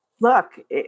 look